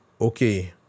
okay